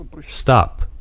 stop